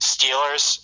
Steelers